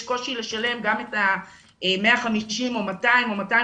יש קושי לשלם גם את ה-150 או 200 או 250